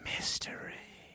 Mystery